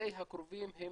נישואי הקרובים הם